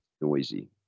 noisy